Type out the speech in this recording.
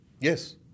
Yes